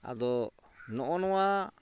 ᱟᱫᱚ ᱱᱚᱜᱼᱚ ᱱᱚᱣᱟ